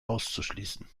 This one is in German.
auszuschließen